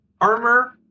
armor